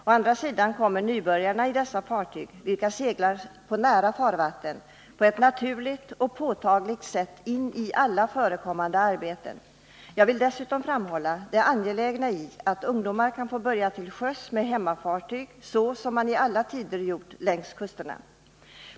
Å andra sidan kommer nybörjarna i dessa fartyg, vilka seglar på nära farvatten, på ett naturligt och påtagligt sätt in i alla förekommande arbeten. Jag vill dessutom framhålla det angelägna i att ungdomar kan få börja till sjöss med hemmafartyg, så som man i alla tider gjort längs kusterna.